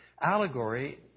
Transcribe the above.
allegory